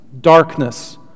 darkness